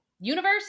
Universe